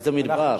איזה מדבר?